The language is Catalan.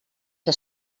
que